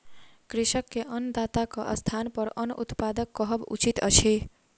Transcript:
कृषक के अन्नदाताक स्थानपर अन्न उत्पादक कहब उचित अछि